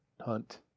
hunt